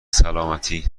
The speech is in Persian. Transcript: سلامتی